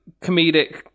comedic